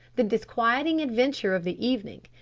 the disquieting adventure of the evening,